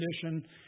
condition